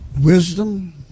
Wisdom